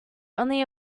only